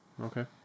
Okay